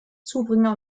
zubringer